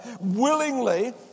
Willingly